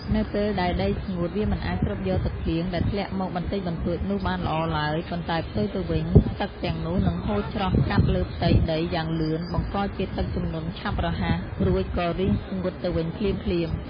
នៅពេលដែលដីស្ងួត វាមិនអាចស្រូបយកទឹកភ្លៀងដែលធ្លាក់មកបន្តិចបន្តួចនោះបានល្អឡើយ ប៉ុន្តែផ្ទុយទៅវិញ ទឹកទាំងនោះនឹងហូរច្រោះកាត់លើផ្ទៃដីយ៉ាងលឿន បង្កជាទឹកជំនន់ឆាប់រហ័ស រួចក៏រីងស្ងួតទៅវិញភ្លាមៗ។